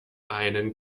einen